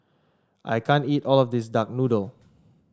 I can't eat all of this Duck Noodle